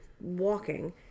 walking